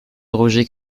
roger